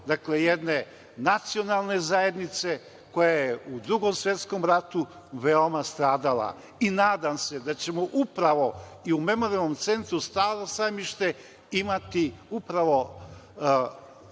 Dakle, jedne nacionalne zajednice koja je u Drugom svetskom ratu veoma stradala. Nadam se da ćemo upravo u Memorijalnom centru „Staro Sajmište“ imati upravo